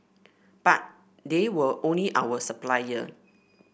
but they were only our supplier